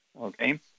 okay